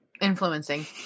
influencing